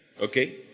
okay